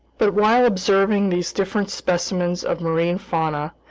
but while observing these different specimens of marine fauna,